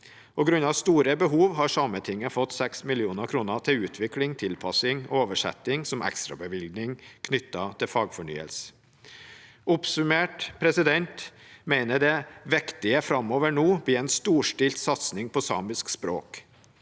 Grunnet store behov har Sametinget fått 6 mill. kr til utvikling, tilpasning og oversetting som ekstrabevilgning knyttet til fagfornyelsen. Oppsummert mener jeg det viktige framover nå blir en storstilt satsing på samisk språk,